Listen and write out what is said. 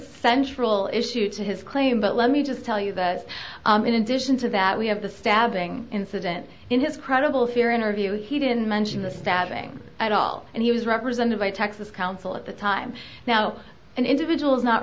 central issue to his claim but let me just tell you that in addition to that we have the stabbing incident in his credible fear interview he didn't mention the stabbing at all and he was represented by texas counsel at the time now and individuals not